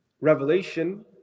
revelation